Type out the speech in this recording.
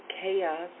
chaos